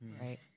right